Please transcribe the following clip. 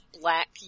black